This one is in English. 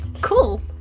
cool